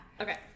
Okay